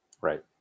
Right